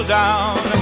down